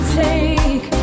take